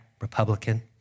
Republican